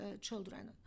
children